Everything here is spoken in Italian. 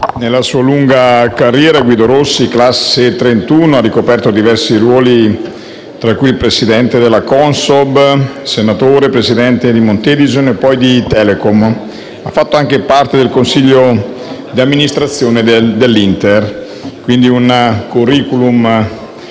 nella sua lunga carriera Guido Rossi, classe 1931, ha ricoperto diversi ruoli, tra cui presidente della Consob, senatore, presidente di Montedison e poi di Telecom. Guido Rossi ha fatto anche parte del consiglio di amministrazione dell'Inter. Quindi, si